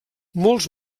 molts